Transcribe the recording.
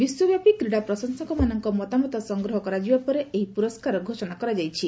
ବିଶ୍ୱବ୍ୟାପୀ କ୍ରୀଡ଼ା ପ୍ରଶଂସକମାନଙ୍କ ମତାମତ ସଂଗ୍ରହ କରାଯିବା ପରେ ଏହି ପୁରସ୍କାର ଘୋଷଣା କରାଯାଇଛି